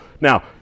Now